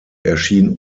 erschien